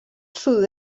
sud